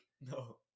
no